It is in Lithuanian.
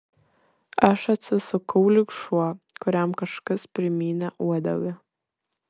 aš atsisukau lyg šuo kuriam kažkas primynė uodegą